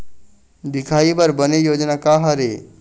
दिखाही बर बने योजना का हर हे?